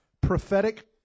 prophetic